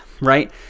right